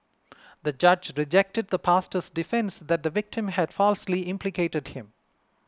the judge rejected the pastor's defence that the victim had falsely implicated him